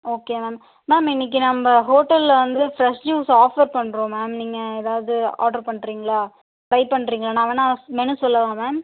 okay ma'am ma'am இன்றைக்கு நம்ப ஹோட்டலில் வந்து ஃப்ரெஷ் ஜூஸ் ஆஃபர் பண்ணுறோம் மேம் நீங்கள் எதாவது ஆடர் பண்ணுறீங்களா ட்ரை பண்ணுறீங்களா நான் வேணா மெனு சொல்லவா மேம்